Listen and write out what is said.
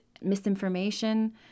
misinformation